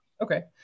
Okay